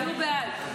אני בעד.